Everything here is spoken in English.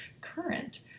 current